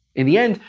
in the end,